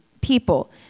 people